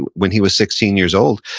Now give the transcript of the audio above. when he was sixteen years old,